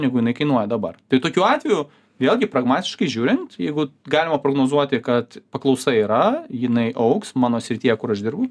negu jinai kainuoja dabar tai tokių atvejų vėlgi pragmatiškai žiūrint jeigu galima prognozuoti kad paklausa yra jinai augs mano srityje kur aš dirbu